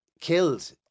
killed